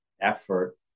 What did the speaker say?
effort